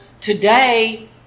Today